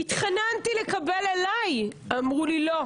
התחננתי לקבל את זה אלי אבל אמרו לי לא.